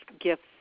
gifts